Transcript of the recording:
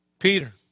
Peter